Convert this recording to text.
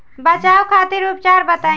बचाव खातिर उपचार बताई?